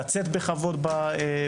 בכבוד.